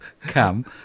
come